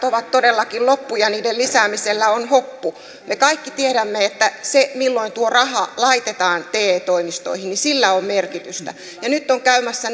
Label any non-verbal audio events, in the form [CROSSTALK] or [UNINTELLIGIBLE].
[UNINTELLIGIBLE] ovat todellakin loppu ja niiden lisäämisellä on hoppu me kaikki tiedämme että sillä milloin tuo raha laitetaan te toimistoihin on merkitystä nyt on käymässä [UNINTELLIGIBLE]